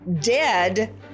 dead